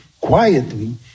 quietly